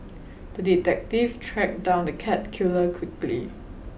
the detective tracked down the cat killer quickly